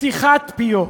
פתיחת פיות.